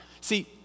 See